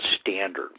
standard